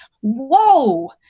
whoa